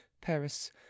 Paris